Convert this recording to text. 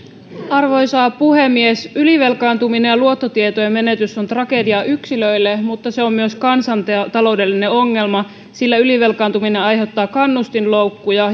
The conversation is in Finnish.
arvoisa puhemies ylivelkaantuminen ja luottotietojen menetys on tragedia yksilölle mutta se on myös kansantaloudellinen ongelma sillä ylivelkaantuminen aiheuttaa kannustinloukkuja